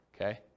okay